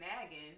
nagging